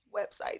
websites